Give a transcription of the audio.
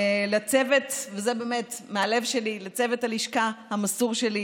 לצוות הלשכה המסור שלי,